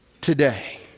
today